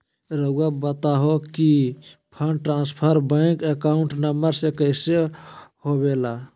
रहुआ बताहो कि fund transfer bank account number में कैसे होबेला?